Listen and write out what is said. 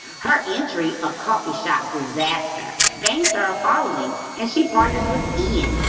her entry, a coffee shop disaster, gains her a following, and she partners with ian,